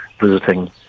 visiting